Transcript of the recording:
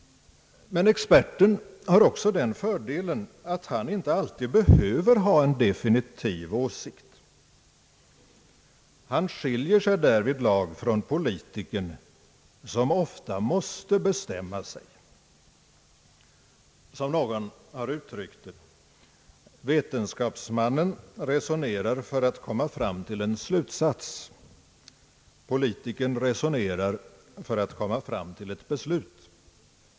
Men experten har också den fördelen att han inte alltid behöver ha en definitiv åsikt. Han skiljer sig därvidlag från politikern som ofta måste bestämma sig, och någon har uttryckt det så: Vetenskapsmannen resonerar för att komma fram till en slutsats — politikern resonerar för att komma fram till ett beslut.